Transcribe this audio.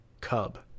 cub